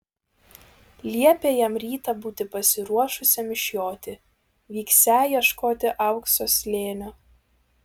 liepė jam rytą būti pasiruošusiam išjoti vyksią ieškoti aukso slėnio